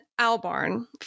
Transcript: Albarn